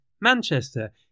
Manchester